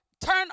turn